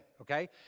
okay